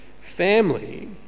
family